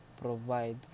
provide